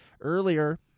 Earlier